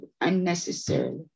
unnecessarily